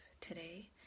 today